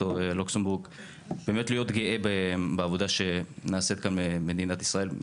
באמת להיות גאה בעבודה שנעשית כאן במדינת ישראל.